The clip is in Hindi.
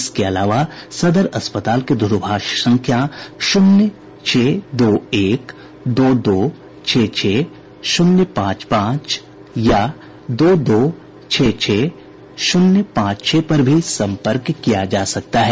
इसके अलावा सदर अस्पताल के द्रभाष संख्या शून्य छह दो एक दो दो छह छह शुन्य पांच पांच या दो दो छह छह शुन्य पांच छह पर भी सम्पर्क किया जा सकता है